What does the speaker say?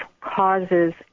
causes